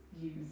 use